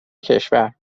کشور